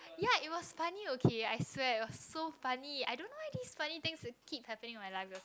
ya it was funny okay I swear it was so funny I don't know why these funny thing keep happening in my life